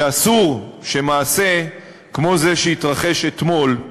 ואסור שמעשה כמו זה שהתרחש אתמול,